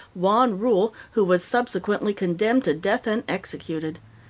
juan rull, who was subsequently condemned to death and executed.